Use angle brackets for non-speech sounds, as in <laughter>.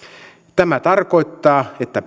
tämä tarkoittaa että <unintelligible>